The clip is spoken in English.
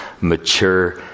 mature